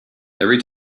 every